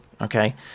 okay